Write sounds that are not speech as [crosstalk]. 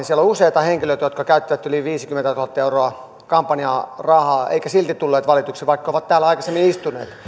[unintelligible] siellä on useita henkilöitä jotka käyttivät yli viisikymmentätuhatta euroa kampanjaan rahaa eivätkä silti tulleet valituksi vaikka ovat täällä aikaisemmin istuneet